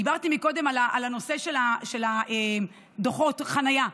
דיברתי קודם על הנושא של דוחות חניה,